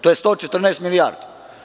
To je 114 milijardi.